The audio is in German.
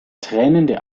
tränende